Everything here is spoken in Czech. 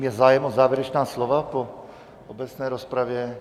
Je zájem o závěrečná slova po obecné rozpravě?